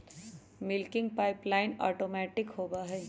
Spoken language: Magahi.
मिल्किंग पाइपलाइन ऑटोमैटिक होबा हई